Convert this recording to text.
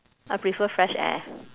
I prefer fresh air